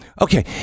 Okay